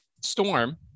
Storm